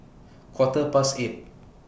Quarter Past eight